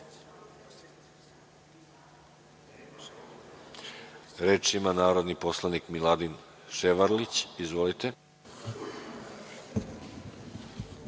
ima narodni poslanik Miladin Ševarlić. Izvolite.